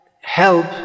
help